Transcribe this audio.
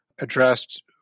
addressed